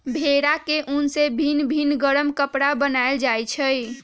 भेड़ा के उन से भिन भिन् गरम कपरा बनाएल जाइ छै